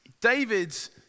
David's